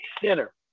center